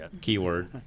Keyword